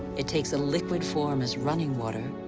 it takes a liquid form as running water,